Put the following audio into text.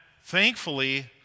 thankfully